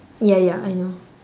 ya ya I know